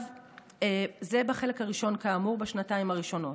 זה בחלק הראשון, כאמור, בשנתיים הראשונות.